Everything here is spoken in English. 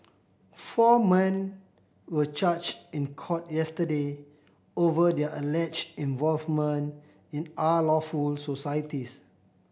four men were charged in court yesterday over their alleged involvement in unlawful societies